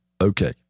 Okay